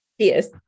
yes